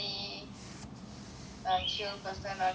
chill person or do you get angry easily